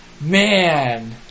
Man